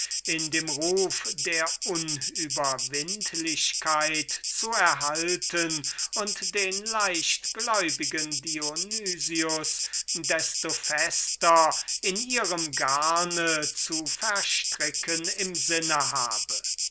in dem ruf der unüberwindlichkeit zu erhalten und den leichtglaubigen dionys desto fester in ihrem garn zu verstricken im sinne habe